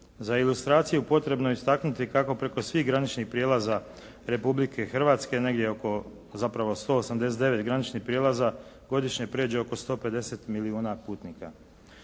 Za ilustraciju potrebno je istaknuti kako preko svih graničnih prijelaza Republike Hrvatske negdje oko zapravo 189 graničnih prijelaza godišnje prijeđe oko 150 milijuna putnika.